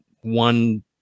one